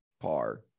par